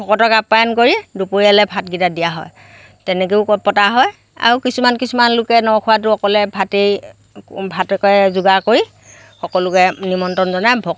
ভকতক আপ্যায়ন কৰি দুপৰীয়ালৈ ভাতকেইটা দিয়া হয় তেনেকৈও পতা হয় আৰু কিছুমান কিছুমান লোকে ন খোৱাতো অকলে ভাতেই ভাতকে যোগাৰ কৰি সকলোকে নিমন্ত্ৰণ জনাই